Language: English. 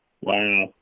Wow